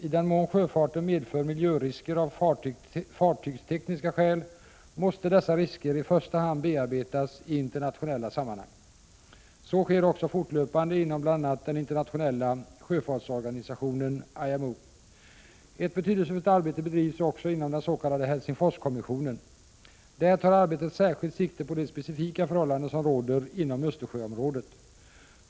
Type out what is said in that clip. I den mån sjöfarten medför miljörisker av fartygstekniska skäl måste dessa risker i första hand bearbetas i internationella sammanhang. Så sker också fortlöpande inom bl.a. den internationella sjöfartsorganisationen IMO. Ett betydelsefullt arbete bedrivs också inom den s.k. Helsingforskommissionen. Där tar arbetet särskilt sikte på de specifika förhållanden som råder inom Östersjöområdet.